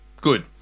Good